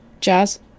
jazz